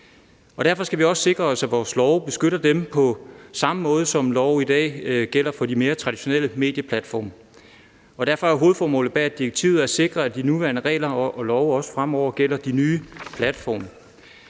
Derfor skal vi også sikre os, at vores love beskytter dem på samme måde, som love i dag gælder for de mere traditionelle medieplatforme. Derfor er hovedformålet bag direktivet at sikre, at de nuværende regler og love også fremover gælder de nye platforme.